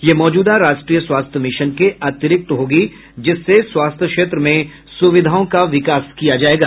यह मौजूदा राष्ट्रीय स्वास्थ्य मिशन के अतिरिक्त होगी जिससे स्वास्थ्य क्षेत्र में सुविधाओं का विकास किया जायेगा